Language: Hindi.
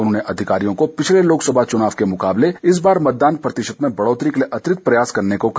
उन्होंने अधिकारियों को पिछले लोकसभा चुनाव के मुकाबले इस बार मतदान प्रतिशत में बढ़ोतरी के लिए अतिरिक्त प्रयास करने को कहा